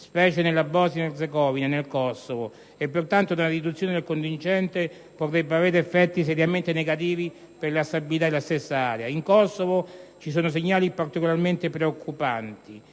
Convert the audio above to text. specie nella Bosnia-Erzegovina e nel Kosovo. Pertanto una riduzione del contingente potrebbe avere effetti seriamente negativi della stabilità dell'area. In Kosovo ci sono segnali particolarmente preoccupanti.